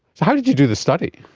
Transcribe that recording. so how did you do this study?